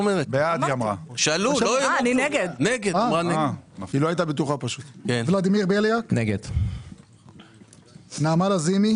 נגד ולדימיר בליאק נגד נעמה לזימי